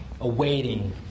awaiting